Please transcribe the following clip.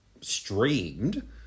streamed